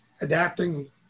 adapting